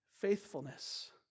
faithfulness